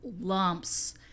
lumps